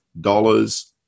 dollars